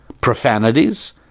profanities